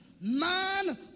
Man